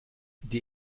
die